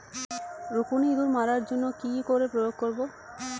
রুকুনি ইঁদুর মারার জন্য কি করে প্রয়োগ করব?